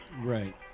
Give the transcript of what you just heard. Right